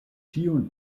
tiun